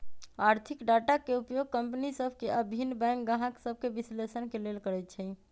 आर्थिक डाटा के उपयोग कंपनि सभ के आऽ भिन्न बैंक गाहक सभके विश्लेषण के लेल करइ छइ